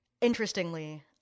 interestingly